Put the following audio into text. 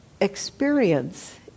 experience